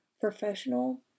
professional